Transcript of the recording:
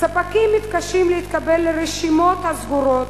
ספקים מתקשים להתקבל ל"רשימות הסגורות"